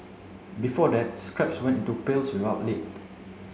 before that scraps went into pails without lid